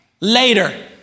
later